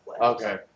Okay